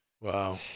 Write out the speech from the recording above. Wow